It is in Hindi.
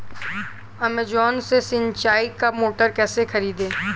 अमेजॉन से सिंचाई का मोटर कैसे खरीदें?